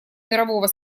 мирового